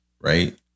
right